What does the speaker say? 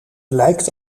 lijkt